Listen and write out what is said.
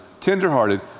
tenderhearted